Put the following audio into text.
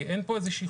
כי אין פה איזה שהיא